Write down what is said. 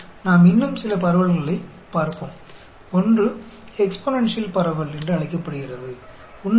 इसे exponential distribution कहा जाता है